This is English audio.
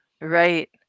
Right